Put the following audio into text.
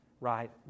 right